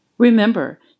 Remember